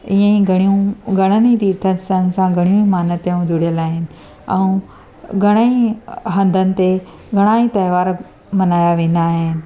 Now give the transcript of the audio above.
ईअंई घणियूं घणनि ई तीर्थनि सां असां घणियूं ई मानियताऊं जुड़ियल आहिनि ऐं घणेई हंधनि ते घणाई तहिंवार मल्हाया वेंदा आहिनि